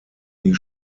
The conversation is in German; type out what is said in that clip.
nie